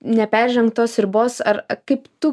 neperžengt tos ribos ar kaip tu galbūt apsaugai